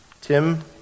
Tim